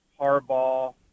Harbaugh